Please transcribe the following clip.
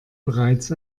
bereits